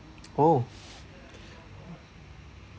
oh